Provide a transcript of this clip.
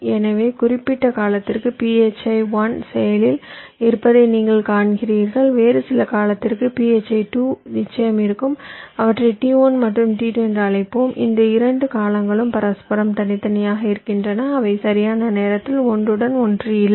எனவே குறிப்பிட்ட காலத்திற்கு phi 1 செயலில் இருப்பதை நீங்கள் காண்கிறீர்கள் வேறு சில காலத்திற்கு phi 2 நிச்சயம் இருக்கும் அவற்றை T1 மற்றும் T2 என்று அழைப்போம் இந்த இரண்டு காலங்களும் பரஸ்பரம் தனித்தனியாக இருக்கின்றன அவை சரியான நேரத்தில் ஒன்றுடன் ஒன்று இல்லை